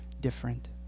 different